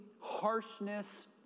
harshness